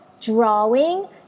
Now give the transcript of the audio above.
drawing